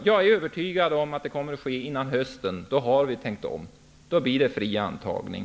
Jag är övertygad om att vi har tänkt om före hösten och att det då blir i princip fri antagning.